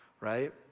right